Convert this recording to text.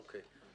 אוקיי.